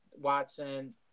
Watson